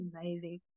amazing